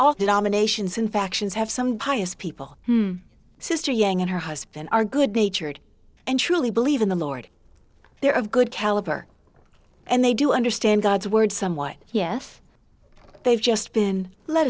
all the nominations in factions have some pious people sister yang and her husband are good natured and truly believe in the lord they are of good caliber and they do understand god's word somewhat yes they've just been led